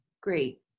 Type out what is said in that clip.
Great